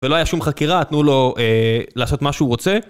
ולא היה שום חקירה, תנו לו לעשות מה שהוא רוצה.